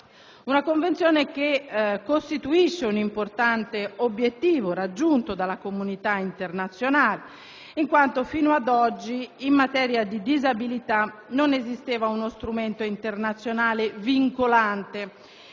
Una Convenzione che costituisce un importante obiettivo raggiunto dalla Comunità internazionale, in quanto fino ad oggi non esisteva in materia di disabilità uno strumento internazionale vincolante